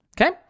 okay